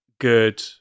good